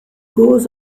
goes